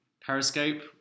Periscope